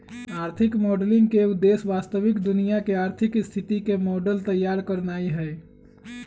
आर्थिक मॉडलिंग के उद्देश्य वास्तविक दुनिया के आर्थिक स्थिति के मॉडल तइयार करनाइ हइ